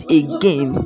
again